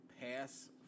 pass –